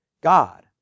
God